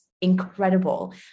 incredible